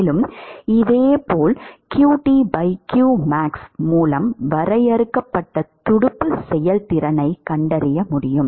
மேலும் இதேபோல் மூலம் வரையறுக்கப்பட்ட துடுப்பு செயல்திறனைக் கண்டறிய முடியும்